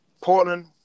Portland